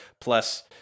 plus